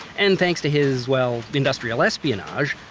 and thanks to his, well, industrial espionage,